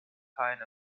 kind